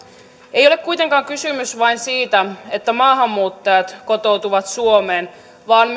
ei ole kuitenkaan kysymys vain siitä että maahanmuuttajat kotoutuvat suomeen vaan